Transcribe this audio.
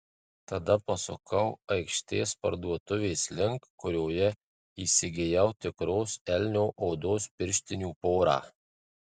tada pasukau aikštės parduotuvės link kurioje įsigijau tikros elnio odos pirštinių porą